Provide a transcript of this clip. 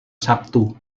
sabtu